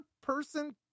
person